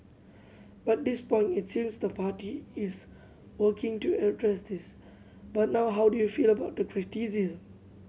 but this point it seems the party is working to address this but now how do you feel about the criticism